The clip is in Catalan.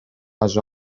les